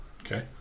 Okay